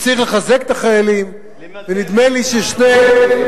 הוא צריך לחזק את החיילים למתן את הגזענות.